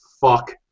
fuck